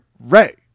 Ray